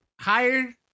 hired